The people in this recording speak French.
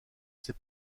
ces